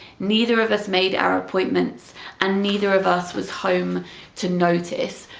neither of us made our appointments and neither of us was home to notice.